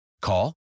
Call